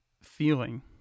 feeling